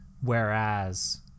whereas